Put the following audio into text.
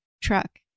truck